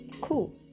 Cool